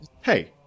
hey